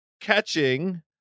catching